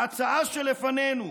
ההצעה שלפנינו,